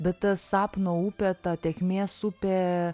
bet ta sapno upė ta tėkmės upė